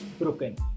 broken